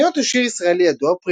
"כלניות" הוא שיר ישראלי ידוע,